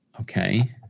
Okay